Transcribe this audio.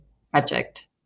subject